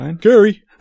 Gary